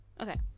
okay